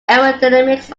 aerodynamics